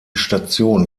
station